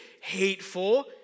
hateful